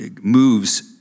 moves